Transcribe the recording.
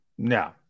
No